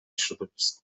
środowisku